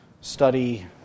study